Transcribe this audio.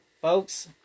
folks